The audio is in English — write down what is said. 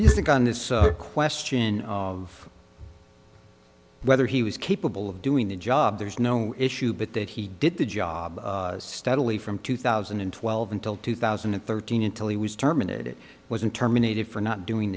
you think on this question of whether he was capable of doing the job there is no issue but that he did the job steadily from two thousand and twelve until two thousand and thirteen until he was terminated wasn't terminated for not doing